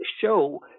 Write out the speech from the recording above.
show